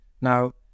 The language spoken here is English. Now